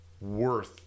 worth